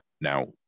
Now